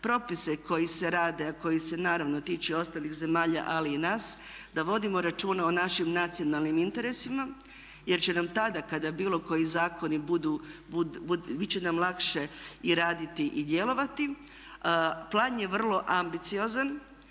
propise koji se rade, a koji se naravno tiče ostalih zemalja, ali i nas, da vodimo računa o našim nacionalnim interesima. Jer će nam tada kada bilo koji zakoni budu, bit će nam lakše i raditi i djelovati. Plan je vrlo ambiciozan.